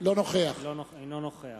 אינו נוכח